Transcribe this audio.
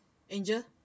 angel